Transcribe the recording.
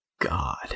God